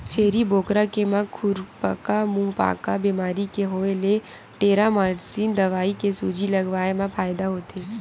छेरी बोकरा के म खुरपका मुंहपका बेमारी के होय ले टेरामारसिन दवई के सूजी लगवाए मा फायदा होथे